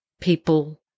people